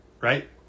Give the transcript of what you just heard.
Right